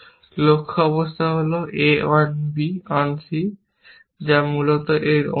লক্ষ্য অবস্থা হল a on b on c যা মূলত এর অনুরূপ